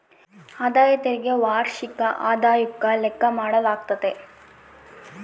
ಆದಾಯ ತೆರಿಗೆ ವಾರ್ಷಿಕ ಆದಾಯುಕ್ಕ ಲೆಕ್ಕ ಮಾಡಾಲಾಗ್ತತೆ